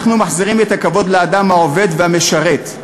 אנחנו מחזירים את הכבוד לאדם העובד והמשרת,